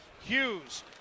Hughes